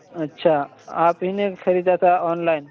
اچھا آپ ہی نے خریدا تھا آن لائن